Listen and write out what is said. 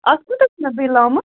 اَتھ کوٗتاہ چھُ مےٚ بِل آمُت